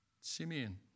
simeon